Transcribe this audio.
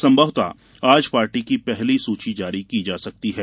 संभवतः आज पार्टी की पहली सूची जारी की जा सकती है